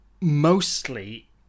mostly